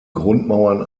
grundmauern